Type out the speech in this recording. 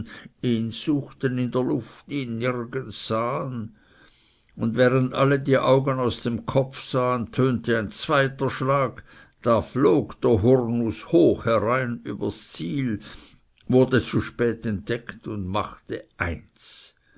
ihn suchten in der luft ihn nirgends sahen und während alle die augen aus dem kopfe sahen tönte ein zweiter schlag da flog der hurnuß hoch herein übers ziel wurde zu spät entdeckt und machte eins